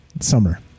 summer